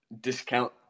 discount